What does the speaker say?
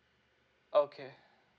okay